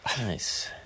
Nice